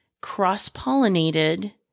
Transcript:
cross-pollinated